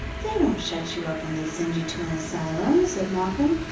they don't shut you up when they send you to an asylum, said malcolm.